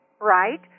right